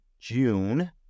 June